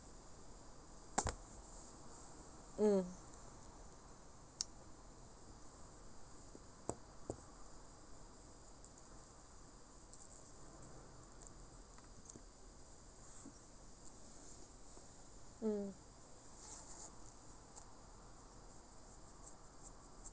mm mm